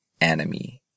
enemy